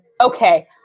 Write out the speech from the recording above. Okay